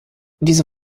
diese